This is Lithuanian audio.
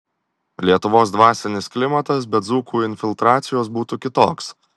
lietuvos dvasinis klimatas be dzūkų infiltracijos būtų kitoks